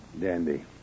Dandy